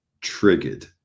triggered